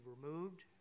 removed